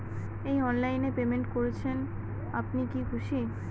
এই অনলাইন এ পেমেন্ট করছেন আপনি কি খুশি?